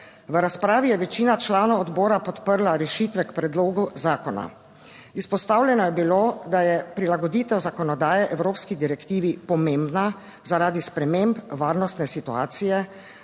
V razpravi je večina članov odbora podprla rešitve k predlogu zakona. Izpostavljeno je bilo, da je prilagoditev zakonodaje evropski direktivi pomembna, zaradi sprememb varnostne situacije